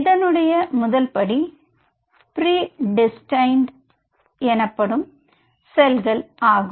இதனுடைய முதல் படி ப்ரீ டெஸ்டைன்ட் எனப்படும் செல்கள் ஆகும்